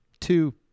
two